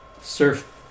surf